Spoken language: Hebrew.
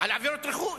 על עבירות רכוש.